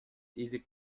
easy